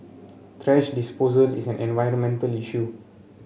thrash disposal is an environmental issue